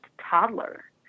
toddler